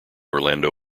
orlando